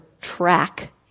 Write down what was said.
track